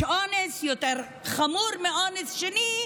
יש אונס יותר חמור מאונס שני,